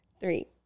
three